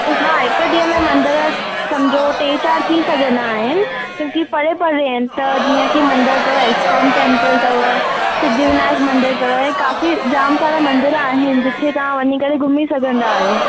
हा हिक ॾींहं में मंदरु सम्झो टे चार थी सघंदा आहिनि क्योंकि परे परे आहिनि त जीअं की मंदरु अथव एस्कान टेम्पल अथव सिद्धिविनायक अथव काफ़ी जाम सारा मंदर आहिनि जिते तव्हां वञी करे घुमी सघंदा आहियो